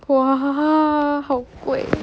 !wah! ah 好贵